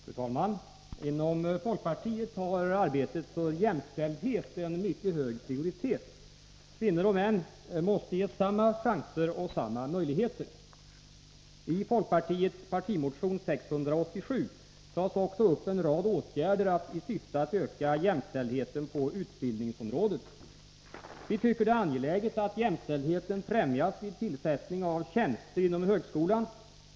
Fru talman! Inom folkpartiet har arbetet för jämställdhet en mycket hög prioritet. Kvinnor och män måste ges samma chanser och samma möjligheter. I folkpartiets partimotion 687 tas också upp en rad åtgärder i syfte att öka jämställdheten på utbildningsområdet. Vi tycker att det är angeläget att jämställdheten främjas vid tillsättning av tjänster inom högskolan.